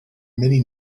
many